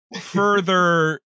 further